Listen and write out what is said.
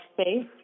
space